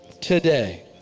Today